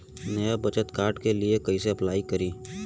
नया बचत कार्ड के लिए कइसे अपलाई करी?